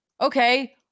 okay